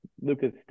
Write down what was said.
Luca's